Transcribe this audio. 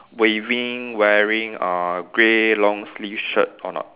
waving wearing uh grey long sleeve shirt or not